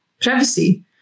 privacy